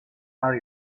are